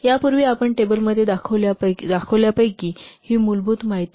यापूर्वी आपण टेबलमध्ये दाखवलेल्या पैकी ही मुलभूत माहिती मिळवा